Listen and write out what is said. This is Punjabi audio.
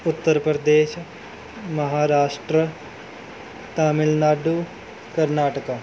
ਉੱਤਰ ਪ੍ਰਦੇਸ਼ ਮਹਾਰਾਸ਼ਟਰ ਤਾਮਿਲਨਾਡੂ ਕਰਨਾਟਕਾ